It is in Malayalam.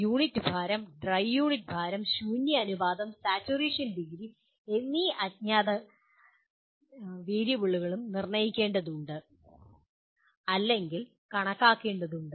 യൂണിറ്റ് ഭാരം ഡ്രൈ യൂണിറ്റ് ഭാരം ശൂന്യ അനുപാതം സാച്ചുറേഷൻ ഡിഗ്രി എന്നീ നാല് അജ്ഞാത വേരിയബിളുകളും നിർണ്ണയിക്കേണ്ടതുണ്ട് അല്ലെങ്കിൽ കണക്കാക്കേണ്ടതുണ്ട്